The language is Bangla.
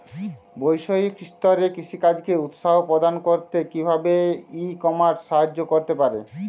বৈষয়িক স্তরে কৃষিকাজকে উৎসাহ প্রদান করতে কিভাবে ই কমার্স সাহায্য করতে পারে?